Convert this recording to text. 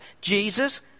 Jesus